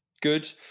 Good